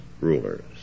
rulers